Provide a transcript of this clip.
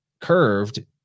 curved